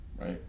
Right